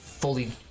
Fully